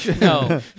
No